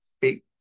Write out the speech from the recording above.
big